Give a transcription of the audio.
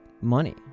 money